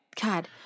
God